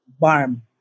BARM